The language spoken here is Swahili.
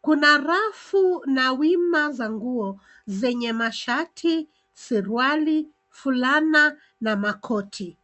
Kuna rafu na wima za nguo, zenye mashati, suruali, fulana, na makoti.